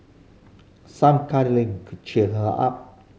some cuddling could cheer her up